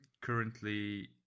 currently